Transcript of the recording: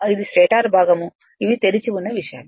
ఇది స్టేటర్ భాగం ఇవి తెరిచి ఉన్న విషయాలు